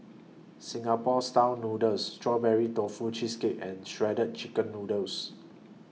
Singapore Style Noodles Strawberry Tofu Cheesecake and Shredded Chicken Noodles